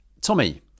Tommy